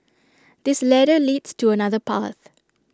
this ladder leads to another path